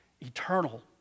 eternal